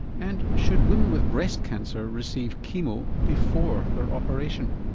and should women with breast cancer receive chemo before their operation?